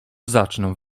zacznę